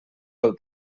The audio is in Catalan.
pel